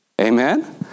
Amen